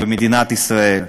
במדינת ישראל.